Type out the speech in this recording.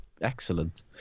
excellent